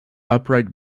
upright